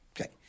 Okay